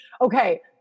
okay